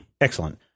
Excellent